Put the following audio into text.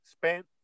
spent